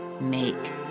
make